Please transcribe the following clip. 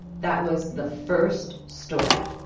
that was the first story.